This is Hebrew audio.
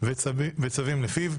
וצווים לפיו.